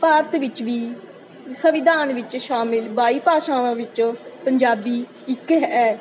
ਭਾਰਤ ਵਿੱਚ ਵੀ ਸੰਵਿਧਾਨ ਵਿੱਚ ਸ਼ਾਮਿਲ ਬਾਈ ਭਾਸ਼ਾਵਾਂ ਵਿੱਚੋਂ ਪੰਜਾਬੀ ਇੱਕ ਹੈ